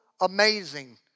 amazing